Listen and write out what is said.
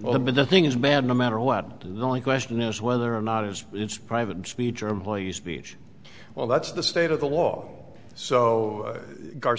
one but the thing is bad no matter what and the only question is whether or not it is it's private speech or employees speech well that's the state of the law so